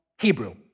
Hebrew